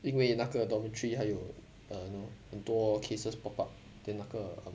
因为那个 dormitory 还有 err you know 很多 cases pop up then 那个